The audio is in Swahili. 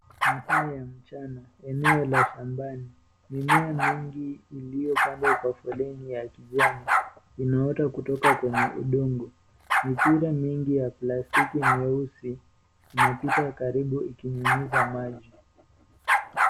Masaa ya mchana eneo la shambani mimea mingi iliyopandwa kwa foleni ya kijani inaota kutoka kwenye udongo, mipira nyingi ya plastiki meusi inapita karibu ikinyunyuza maji.